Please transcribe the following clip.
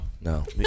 No